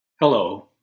Hello